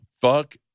Fuck